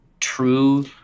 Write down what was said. true